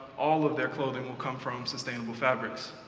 all of their clothing will come from sustainable fabrics.